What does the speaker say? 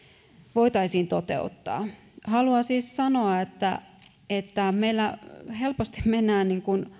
voitaisiin toteuttaa haluan siis sanoa että että meillä helposti mennään